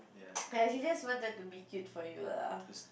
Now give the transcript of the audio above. but she just wanted to be cute for you lah